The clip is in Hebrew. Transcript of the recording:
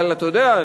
אבל אתה יודע,